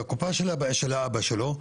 לקופה של אבא שלו,